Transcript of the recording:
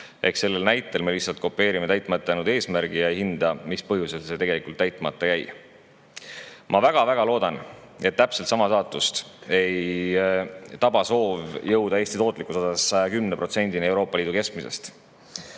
Ehk selle näite puhul me kopeerisime täitmata jäänud eesmärgi ega hinnanud, mis põhjusel see tegelikult täitmata jäi. Ma väga-väga loodan, et täpselt sama saatus ei taba soovi jõuda Eesti tootlikkusega 110%-ni Euroopa Liidu keskmisest.